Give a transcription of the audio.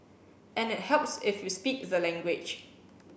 and it helps if you speak the language